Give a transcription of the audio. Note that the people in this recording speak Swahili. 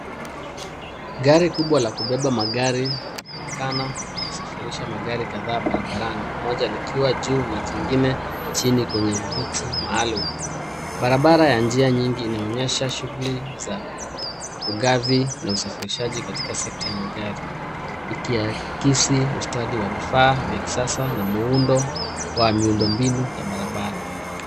Gari kubwa la kubeba magari linaonekana likisafirisha magari kadhaa ,moja likiwa juu na jingine chini kwenye viti maalum. Barabara ya njia nyingi inaonyesha shughli za ugavi na usafirishaji katika sekta ya magari ikiakisi ustadi wa vifaa vya kisasa wa miundo binu wa barabara.